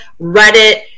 Reddit